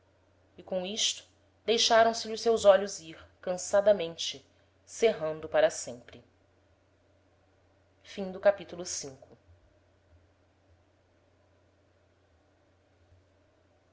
e com isto deixaram se lhe os seus olhos ir cansadamente cerrando para sempre capitulo